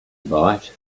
bite